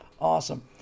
awesome